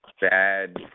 bad